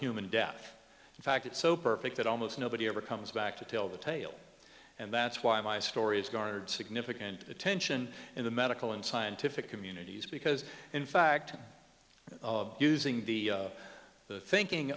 human death in fact it's so perfect that almost nobody ever comes back to tell the tale and that's why my story is garnered significant attention in the medical and scientific communities because in fact using the thinking